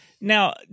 Now